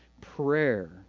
prayer